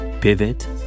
Pivot